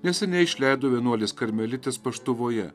neseniai išleido vienuolės karmelitės paštuvoje